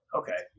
okay